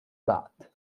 بعد